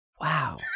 Wow